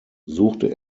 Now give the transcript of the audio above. suchte